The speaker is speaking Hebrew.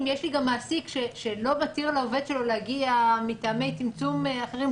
אם יש לי גם מעסיק שלא מתיר לעובד שלו להגיע מטעמי צמצום אחרים,